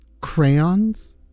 crayons